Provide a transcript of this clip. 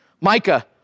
Micah